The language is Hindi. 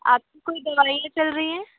आप की कोई दवाइयाँ चल रही हैं